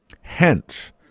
Hence